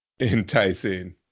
enticing